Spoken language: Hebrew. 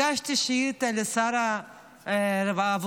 הגשתי שאילתה לשר העבודה,